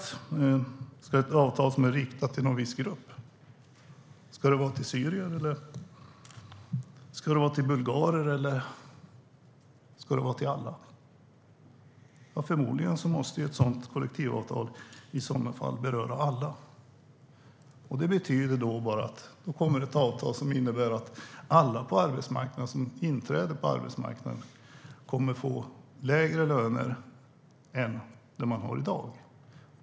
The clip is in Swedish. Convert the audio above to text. Ska det vara ett avtal som är riktat till någon viss grupp? Ska det vara till syrier, bulgarer eller ska det vara till alla? Förmodligen måste ett sådant kollektivavtal beröra alla. Det betyder att då kommer ett avtal som innebär att alla som inträder på arbetsmarknaden kommer att få lägre löner än vad de har i dag.